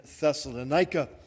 Thessalonica